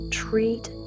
treat